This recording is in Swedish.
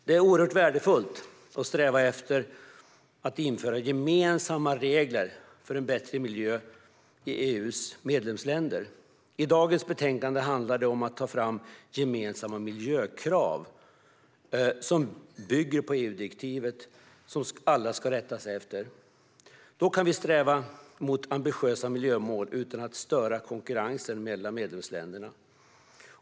Det är oerhört värdefullt att sträva efter att införa gemensamma regler för en bättre miljö i EU:s medlemsländer. I dagens betänkande handlar det om att ta fram gemensamma miljökrav som bygger på EU-direktiv som alla ska rätta sig efter. Då kan vi sträva mot ambitiösa miljömål utan att störa konkurrensen mellan medlemsländerna.